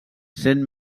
sent